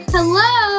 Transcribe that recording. Hello